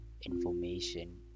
information